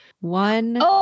one